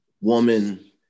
woman